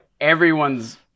everyone's